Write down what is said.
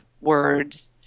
words